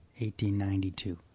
1892